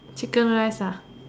chicken rice